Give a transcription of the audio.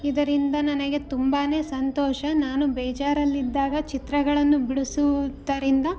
ಇದರಿಂದ ನನಗೆ ತುಂಬಾ ಸಂತೋಷ ನಾನು ಬೇಜಾರಲ್ಲಿದ್ದಾಗ ಚಿತ್ರಗಳನ್ನು ಬಿಡಿಸುವುದರಿಂದ